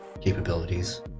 capabilities